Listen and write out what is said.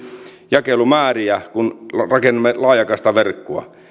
jakelumääriä kun rakennamme laajakaistaverkkoa